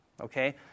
Okay